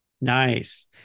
Nice